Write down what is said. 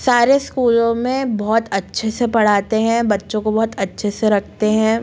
सारे स्कूलों में बहुत अच्छे से पढ़ाते हैं बच्चों को बहुत अच्छे से रखते हैं